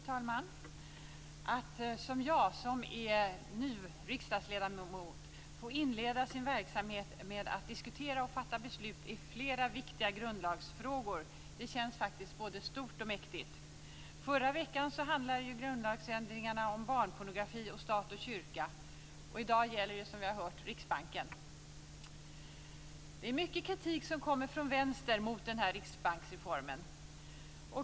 Fru talman! Att som jag, som är ny riksdagsledamot, få inleda sin verksamhet med att diskutera och fatta beslut i flera viktiga grundlagsfrågor känns faktiskt både stort och mäktigt. Förra veckan handlade grundlagsändringarna om barnpornografi och statkyrka. I dag gäller det, som vi har hört, Riksbanken. Det kommer mycket kritik från vänster mot riksbanksreformen.